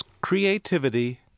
creativity